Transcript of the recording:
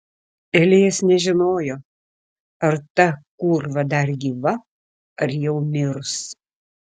elijas nežinojo ar ta kūrva dar gyva ar jau mirus